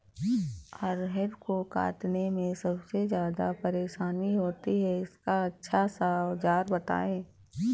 अरहर को काटने में सबसे ज्यादा परेशानी होती है इसका अच्छा सा औजार बताएं?